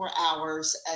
hours